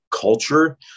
culture